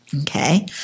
okay